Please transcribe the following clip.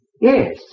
Yes